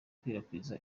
kurarikira